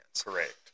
Correct